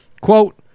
Quote